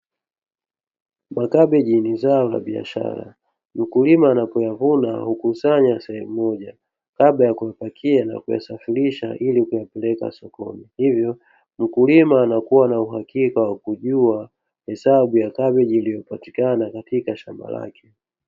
Kabeji ni zao la biashara mkulima anapoyavuna hukusanya sehemu moja kabla ya kuyapakia na kuyasafirisha ili kupeleka sokoni hivyo mkulima anakuwa na uhakika wa kujua hesabu ya kabeji iliyopatikana katika shamba lake.